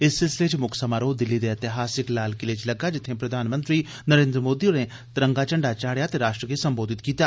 इस सिलसिले च मुक्ख समारोह दिल्ली दे एतिहासिक लाल किले च लग्गा जित्थे प्रधानमंत्री नरेन्द्र मोदी होरें राश्ट्रीय झंडा चाढ़ेआ ते राश्ट्र गी संबोधित कीता